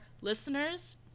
listeners